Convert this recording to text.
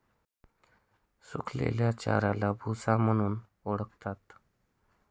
सुकलेल्या चाऱ्याला भुसा म्हणून ओळखतात